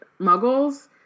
muggles